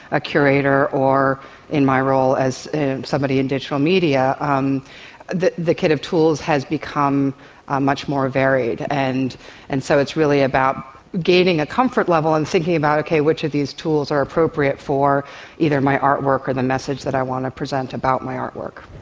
a curator or in my role as somebody in the digital media, um the the kit of tools has become ah much more varied. and and so it's really about gaining a comfort level and thinking about, okay, which of these tools are appropriate for either my artwork or the message that i want to present about my artwork.